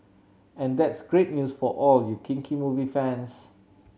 and that's great news for all you kinky movie fans